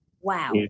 Wow